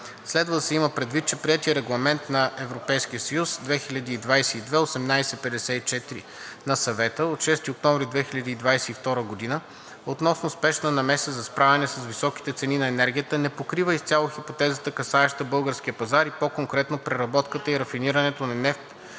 Следва да се има предвид, че приетият регламент (ЕС) 2022/1854 на Съвета от 6 октомври 2022 г. относно спешна намеса за справяне с високите цени на енергията не покрива изцяло хипотезата, касаеща българския пазар, и по-конкретно преработката и рафинирането на нефт